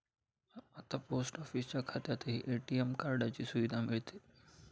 आता पोस्ट ऑफिसच्या खात्यातही ए.टी.एम कार्डाची सुविधा मिळते